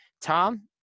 Tom